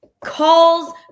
calls